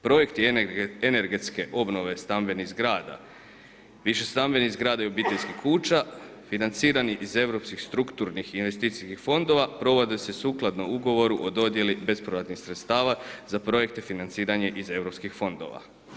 Projekti energetske obnove stambenih zgrada, višestambenih zgrada i obiteljskih kuća financirani iz europskih strukturnih i investicijskih fondova provode se sukladno ugovoru o dodjeli bespovratnih sredstava za projekte financiranja iz europskih fondova.